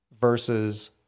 versus